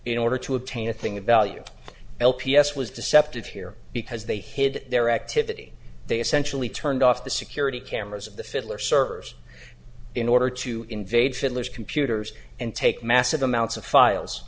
in order to obtain a thing of value l p s was deceptive here because they hid their activity they essentially turned off the security cameras of the fiddler servers in order to invade fiddlers computers and take massive amounts of files